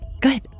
good